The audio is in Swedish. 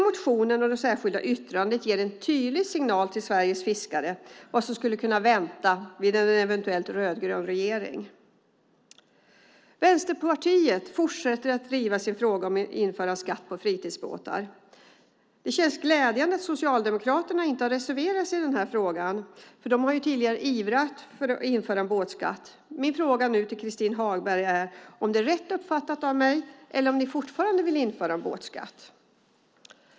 Motionen och det särskilda yttrandet ger en tydlig signal till Sveriges fiskare om vad som skulle kunna vänta dem med en eventuell rödgrön regering. Vänsterpartiet fortsätter att driva sin fråga om ett införande av skatt på fritidsbåtar. Det är glädjande att Socialdemokraterna inte har reserverat sig i den frågan. Tidigare har de ju ivrat för ett införande av båtskatt. Min fråga nu till Christin Hagberg är därför om det är rätt uppfattat av mig. Eller vill ni fortfarande införa en båtskatt?